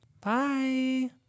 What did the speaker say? bye